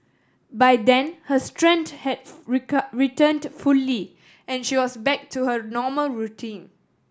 by then her strength have returned fully and she was back to her normal routine